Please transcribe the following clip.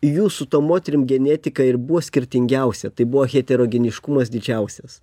jų su tom moterim genetika ir buvo skirtingiausia tai buvo heterogeniškumas didžiausias